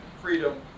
freedom